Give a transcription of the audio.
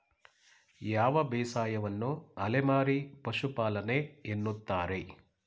ಯಾವ ಬೇಸಾಯವನ್ನು ಅಲೆಮಾರಿ ಪಶುಪಾಲನೆ ಎನ್ನುತ್ತಾರೆ?